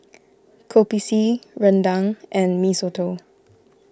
Kopi C Rendang and Mee Soto